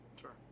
Sure